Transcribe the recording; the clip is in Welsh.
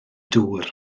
dŵr